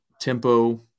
tempo